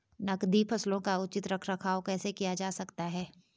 नकदी फसलों का उचित रख रखाव कैसे किया जा सकता है?